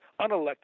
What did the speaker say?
unelected